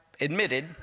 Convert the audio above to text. admitted